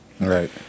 Right